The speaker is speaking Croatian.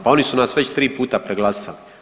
Pa oni su nas već tri puta preglasali.